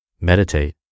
Meditate